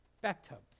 bathtubs